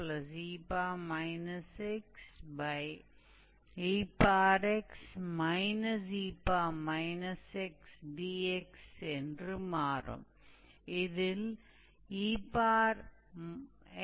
अब यदि हम यहां वर्ग करते हैं तो फिर यह इंटीग्रल हो जाएगा इसे इंटीग्रल मे सरल किया जा सकता है और आगे में सरल बनाया जा सकता है